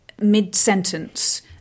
mid-sentence